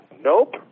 Nope